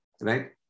right